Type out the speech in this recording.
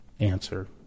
Answer